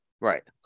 Right